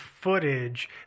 footage